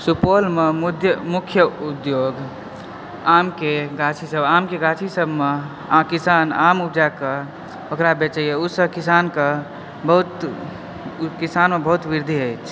सुपौलमऽ मूद्य मुख्य उद्योग आमके गाछीसभ आमके गाछीसभमे किसान आम उपजाकऽ ओकरा बेचयए ओहिसँ किसानके बहुत किसानके बहुत वृद्धि होइए